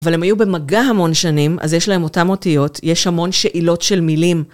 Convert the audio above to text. אבל הם היו במגע המון שנים, אז יש להם אותם אותיות, יש המון שאילות של מילים.